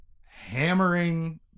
hammering